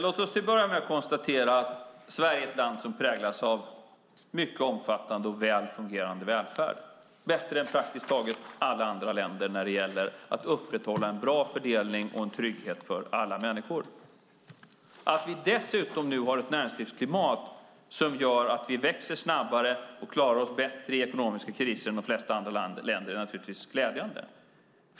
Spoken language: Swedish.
Herr talman! Låt oss konstatera att Sverige är ett land som präglas av mycket omfattande och väl fungerande välfärd. Den är bättre än praktiskt taget alla andra länder när det gäller att upprätthålla en bra fördelning och trygghet för alla människor. Att vi dessutom har ett näringslivsklimat som gör att Sverige växer snabbare och klarar sig bättre i ekonomiska kriser än de flesta andra länder är naturligtvis glädjande.